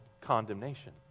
condemnation